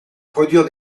produire